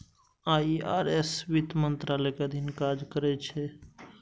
IRS वित्त मंत्रालय के अधीन काज करै छै